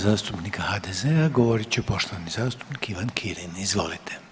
zastupnika HDZ-a govorit će poštovani zastupnik Ivan Kirin, izvolite.